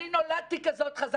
זה כמו להקים עסק חדש.